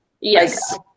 Yes